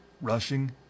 rushing